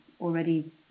already